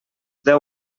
deu